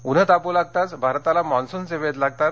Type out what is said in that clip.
ऊन्हे तापू लागताच भारताला मान्सूनचे वेध लागतात